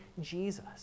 Jesus